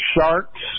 sharks